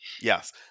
Yes